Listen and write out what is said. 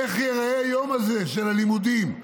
איך ייראה היום הזה של הלימודים?